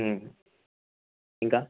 ఇంకా